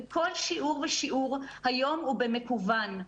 וכל שיעור ושיעור היום הוא במקוון.